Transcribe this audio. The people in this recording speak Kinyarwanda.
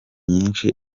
nyinshi